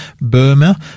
Burma